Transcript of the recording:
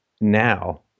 now